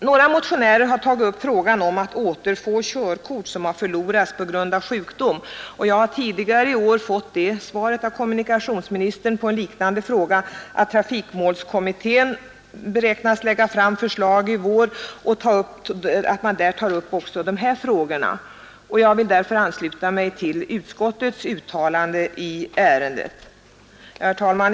Några motionärer har tagit upp frågan om återfående av körkort som förlorats på grund av sjukdom, och jag har tidigare i år på en liknande fråga fått det svaret av kommunikationsministern att trafikmålskommittén beräknas lägga fram förslag i vår, varvid även de här frågorna kommer att tas upp. Jag vill därför ansluta mig till utskottets uttalande i ärendet. Herr talman!